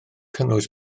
cynnwys